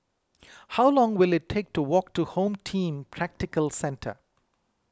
how long will it take to walk to Home Team Tactical Centre